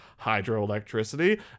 hydroelectricity